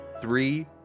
three